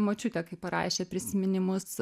močiutė kai parašė prisiminimus